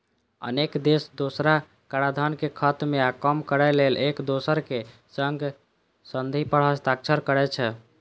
अनेक देश दोहरा कराधान कें खत्म या कम करै लेल एक दोसरक संग संधि पर हस्ताक्षर करै छै